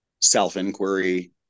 self-inquiry